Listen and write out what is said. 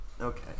Okay